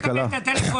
אני מקבל הרבה טלפונים.